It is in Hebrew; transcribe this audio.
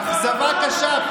אכזבה קשה.